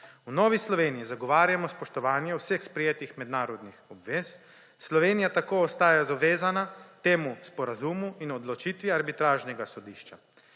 V Novi Sloveniji zagovarjamo spoštovanje vseh sprejetih mednarodnih obvez, Slovenija tako ostaja zavezana temu sporazumu in odločitvi arbitražnega sodišča.